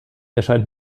erscheint